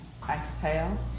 Exhale